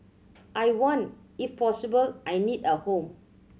I want if possible I need a home